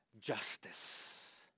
justice